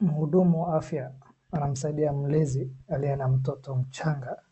Mhudumu wa afya anamsaidia mlezi aliye na mtoto mchanga